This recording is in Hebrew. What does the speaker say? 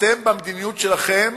אתם, במדיניות שלכם,